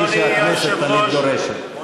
כפי שהכנסת תמיד דורשת,